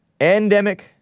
endemic